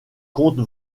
compte